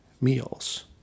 meals